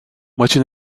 maçı